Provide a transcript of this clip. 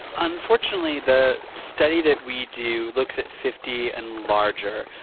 unfortunately, the study that we do looks at fifty and larger.